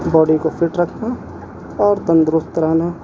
body کو fit رکھنا اور تندرست رہنا